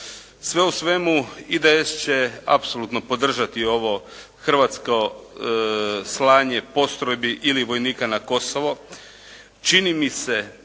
Sve u svemu IDS će apsolutno podržati ovo hrvatsko slanje postrojbi ili vojnika na Kosovo. Čini mi se